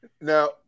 Now